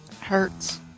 hurts